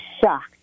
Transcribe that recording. shocked